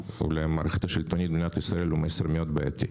ולמערכת השלטונית במדינת ישראל הוא מסר מאוד בעייתי.